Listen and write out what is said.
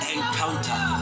Encounter